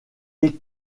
est